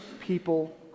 people